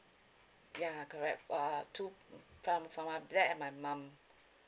ya correct uh two from for my dad and my mum